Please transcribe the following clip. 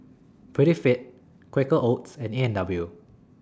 Prettyfit Quaker Oats and A and W